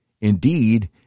indeed